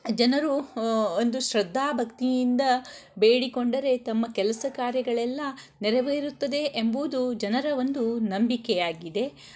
ಜನರು ಒಂದು ಶ್ರದ್ಧಾ ಭಕ್ತಿಯಿಂದ ಬೇಡಿಕೊಂಡರೆ ತಮ್ಮ ಕೆಲಸ ಕಾರ್ಯಗಳೆಲ್ಲ ನೆರವೇರುತ್ತದೆ ಎಂಬುದು ಜನರ ಒಂದು ನಂಬಿಕೆಯಾಗಿದೆ